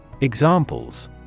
Examples